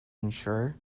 ensure